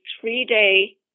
three-day